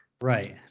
right